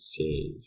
change